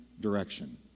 direction